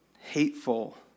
Hateful